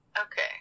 Okay